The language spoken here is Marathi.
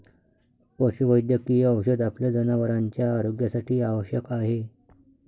पशुवैद्यकीय औषध आपल्या जनावरांच्या आरोग्यासाठी आवश्यक आहे